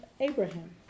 Abraham